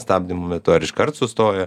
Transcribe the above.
stabdymo metu ar iškart sustoja